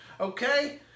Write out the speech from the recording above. Okay